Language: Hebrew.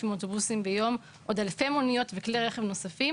אוטובוסים ביום ועוד אלפי מוניות וכלי רכב נוספים